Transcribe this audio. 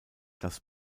dass